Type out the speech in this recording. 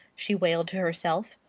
she wailed to herself.